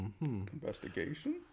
investigation